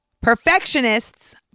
perfectionists